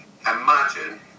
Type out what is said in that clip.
imagine